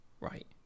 Right